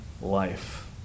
life